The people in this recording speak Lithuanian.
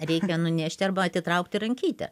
reikia nunešti arba atitraukti rankytę